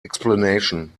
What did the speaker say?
explanation